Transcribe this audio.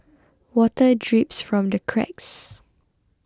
water drips from the cracks